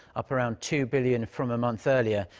up around two billion from a month earlier.